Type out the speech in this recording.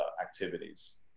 activities